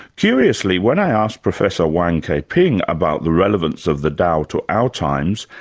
curiously, when i asked professor wang keping about the relevance of the dao to our times,